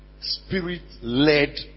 spirit-led